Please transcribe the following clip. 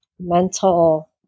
mental